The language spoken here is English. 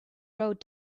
road